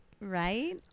right